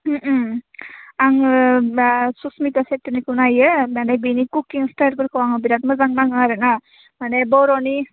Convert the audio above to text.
ओम ओम आङो सुसमिथा चेट्रिनिखौ नायो बेनि कुकिं स्टाइलफोरखौ आङो बिराद मोजां नाङो आरो ना माने बर'नि